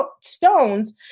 stones